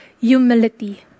humility